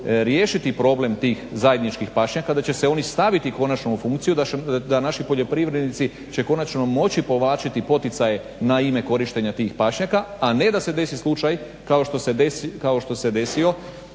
riješiti problem tih zajedničkih pašnjaka, da će se oni staviti konačno u funkciju da naši poljoprivrednici će konačno moći povlačiti poticaje na ime korištenja tih pašnjaka, a ne da se desi slučaj kao što se desio